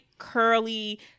Curly